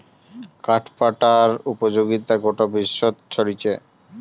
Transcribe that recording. কাঠ পাটার উপযোগিতা গোটা বিশ্বত ছরিচে